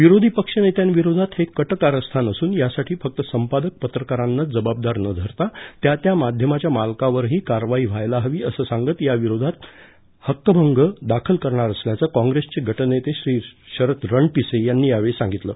विरोधी पक्षनेत्यांविरोधात हे कट कारस्थान असून यासाठी फक्त संपादक पत्रकारांनांच जबाबदार न धरता त्या त्या माध्यमाच्या मालकावरही कारवाई व्हायला हवी असं सांगत याविरोधात हक्कभंग दाखल करणार असल्याचं काँप्रेसचे गटनेते श्री शरद रणपिसे यांनी यावेळी सांगितलं